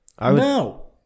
No